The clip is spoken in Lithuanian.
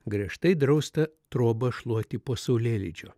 griežtai drausta trobą šluoti po saulėlydžio